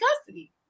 custody